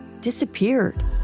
disappeared